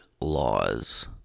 laws